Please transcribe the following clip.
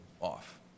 off